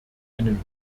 einen